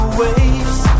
waves